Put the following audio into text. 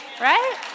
Right